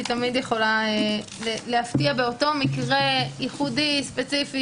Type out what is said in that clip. היא תמיד יכולה להפתיע באותו מקרה ייחודי ספציפי